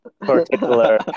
particular